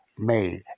Made